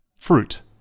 fruit